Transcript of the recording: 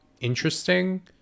interesting